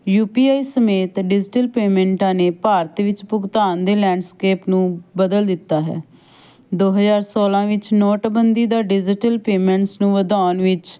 you P I ਸਮੇਤ digital ਪੇਮੈਂਟਾਂ ਨੇ ਭਾਰਤ ਵਿੱਚ ਭੁਗਤਾਨ ਦੇ ਲੈਂਡਸਕੇਪ ਨੂੰ ਬਦਲ ਦਿੱਤਾ ਹੈ ਦੋ ਹਜ਼ਾਰ ਸੌਲ੍ਹਾਂ ਵਿੱਚ ਨੋਟਬੰਦੀ ਦਾ ਡਿਜੀਟਲ ਪੇਮੈਂਟਸ ਨੂੰ ਵਧਾਉਣ ਵਿੱਚ